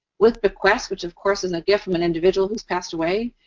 with bequests, which, of course, is a gift from an individual who's passed away,